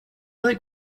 like